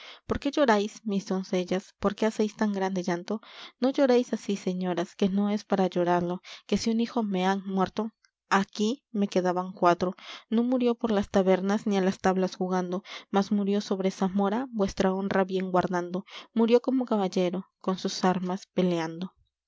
por qué lloráis mis doncellas por qué hacéis tan grande llanto no lloréis así señoras que no es para llorallo que si un hijo me han muerto aquí me quedaban cuatro no murió por las tabernas ni á las tablas jugando mas murió sobre zamora vuestra honra bien guardando murió como caballero con sus armas peleando